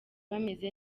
bameze